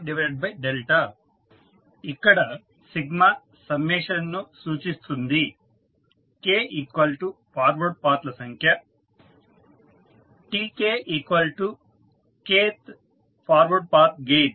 GCRkTkk ఇక్కడ summation ను సూచిస్తుంది k ఫార్వర్డ్ పాత్ ల సంఖ్య Tk kవ ఫార్వర్డ్ పాత్ గెయిన్